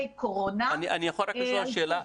קורונה --- אני יכול רק לשאול שאלה אחת?